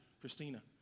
Christina